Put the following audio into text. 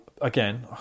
Again